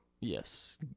Yes